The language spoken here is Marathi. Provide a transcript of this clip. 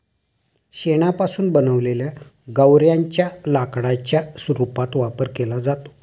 शेणापासून बनवलेल्या गौर्यांच्या लाकडाच्या रूपात वापर केला जातो